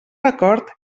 record